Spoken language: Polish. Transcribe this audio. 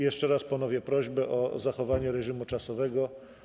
Jeszcze raz ponawiam prośbę o zachowanie reżimu czasowego.